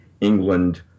England